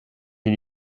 dit